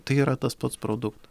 tai yra tas pats produkta